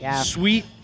Sweet